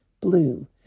blue